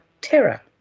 terror